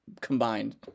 combined